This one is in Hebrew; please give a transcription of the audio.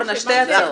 ארנה, שתי הצעות.